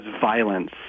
violence